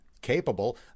capable